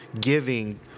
giving